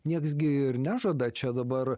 nieks gi ir nežada čia dabar